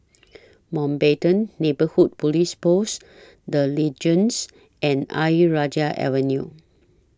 Mountbatten Neighbourhood Police Post The Legends and Ayer Rajah Avenue